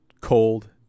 cold